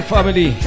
Family